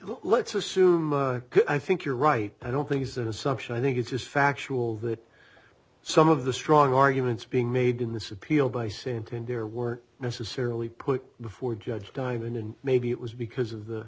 let's assume i think you're right i don't think it's an assumption i think it's just factual that some of the strong arguments being made in this appeal by sinton deer weren't necessarily put before judge diamond and maybe it was because of the